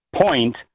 point